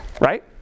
Right